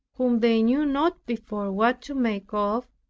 whom they knew not before what to make of,